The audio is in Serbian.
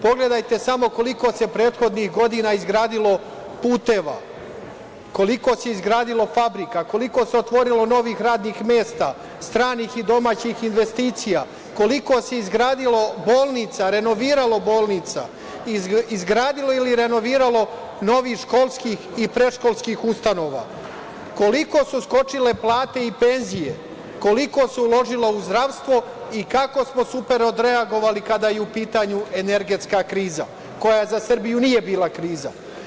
Pogledajte samo koliko se prethodnih godina izgradilo puteva, koliko se izgradilo fabrika, koliko se otvorilo novih radnih mesta, stranih i domaćih investicija, koliko se izgradilo bolnica, renoviralo bolnica, izgradilo ili renoviralo novih školskih i predškolskih ustanova, koliko su skočile plate i penzije, koliko se uložilo u zdravstvo i kako smo super odreagovali kada je u pitanju energetska kriza koja za Srbiju nije bila kriza.